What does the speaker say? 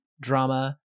drama